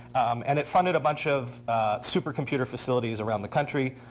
and it funded a bunch of supercomputer facilities around the country,